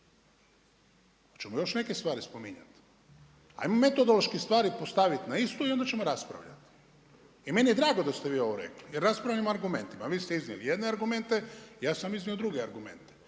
Hoćemo još neke stvari spominjati? Ajmo metodološki stvari postaviti na istu i onda ćemo raspravljati. I meni je drago da ste vi ovo rekli, jer raspravljamo argumentima, vi ste iznijeli jedne argumente, ja sam iznio druge argumente.